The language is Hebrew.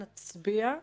נצביע,